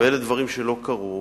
ואלה דברים שלא קרו,